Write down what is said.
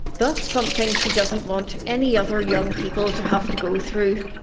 that's something she doesn't want any other young people to have to go through.